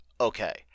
okay